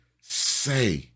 say